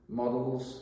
models